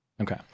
okay